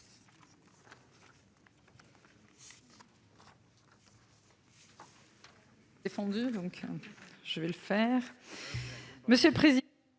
Merci